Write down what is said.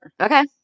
Okay